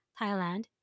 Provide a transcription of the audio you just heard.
Thailand